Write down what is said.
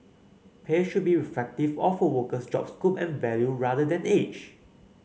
pay should be reflective of a worker's job scope and value rather than age